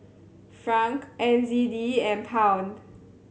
Franc N Z D and Pound